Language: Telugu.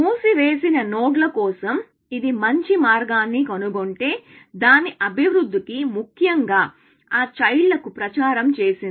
మూసివేసిన నోడ్ ల కోసం ఇది మంచి మార్గాన్ని కనుగొంటే దాని అభివృద్ధి కి ముఖ్యంగా ఆ చైల్డ్ లకు ప్రచారం చేసింది